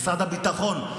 משרד הביטחון,